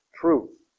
truth